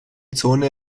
zone